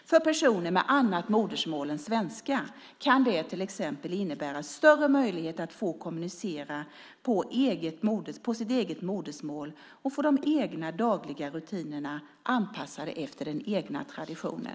För personer med annat modersmål än svenska kan det till exempel innebära större möjligheter att få kommunicera på sitt eget modersmål och få de egna dagliga rutinerna anpassade efter den egna traditionen.